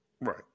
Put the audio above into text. right